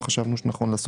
לכן בעיני זה